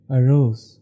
arose